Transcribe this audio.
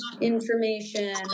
information